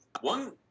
one